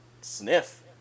sniff